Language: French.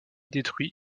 détruit